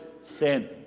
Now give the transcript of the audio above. sin